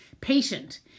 patient